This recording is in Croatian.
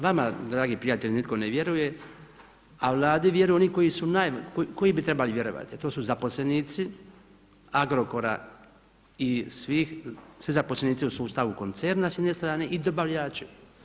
Vama dragi prijatelji nitko ne vjeruje, a Vladi vjeruju oni koji bi trebali vjerovati, a to su zaposlenici Agrokora i svi zaposlenici u sustavu koncerna s jedne strane i dobavljači.